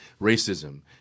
racism